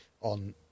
on